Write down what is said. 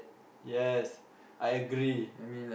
yes I agree